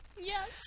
Yes